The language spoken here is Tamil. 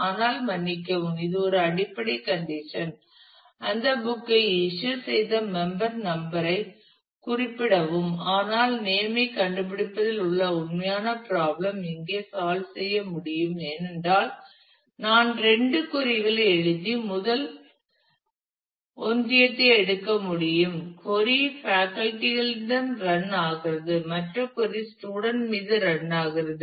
ஆனால் மன்னிக்கவும் இது ஒரு அடிப்படை கண்டிஷன் அந்த புக் ஐ இஸ்யூ செய்த மெம்பர் நம்பர் ஐ குறிப்பிடவும் ஆனால் நேம் ஐ கண்டுபிடிப்பதில் உள்ள உண்மையான ப்ராப்ளம் இங்கே சால்வ் செய்ய முடியும் ஏனென்றால் நான் இரண்டு கொறி களை எழுதி முதல் ஒன்றியத்தை எடுக்க முடியும் கொறி பேக்கல்டி களிடம் ரன் ஆகிறது மற்ற கொறி ஸ்டூடண்ட் மீது ரன் ஆகிறது